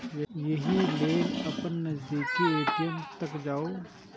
एहि लेल अपन नजदीकी ए.टी.एम तक जाउ